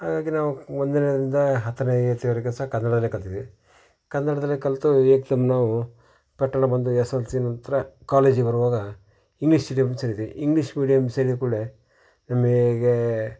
ಹಾಗಾಗಿ ನಾವು ಒಂದರಿಂದ ಹತ್ತನೆ ಇಯತ್ತೆವರ್ಗೆ ಸಹ ಕನ್ನಡಾನೆ ಕಲ್ತಿದ್ದೀವಿ ಕನ್ನಡದಲ್ಲೇ ಕಲಿತು ಏಕ್ದಮ್ ನಾವು ಪಟ್ಟಣ ಬಂದು ಎಸ್ ಎಲ್ ಸಿ ನಂತರ ಕಾಲೇಜಿಗೆ ಹೋಗುವಾಗ ಇಂಗ್ಲೀಷ್ ಮೀಡ್ಯಂ ಸೇರಿದ್ವಿ ಇಂಗ್ಲೀಷ್ ಮೀಡಿಯಂ ಸೇರಿದ್ಕೂಡ್ಲೆ ನಮಗೆ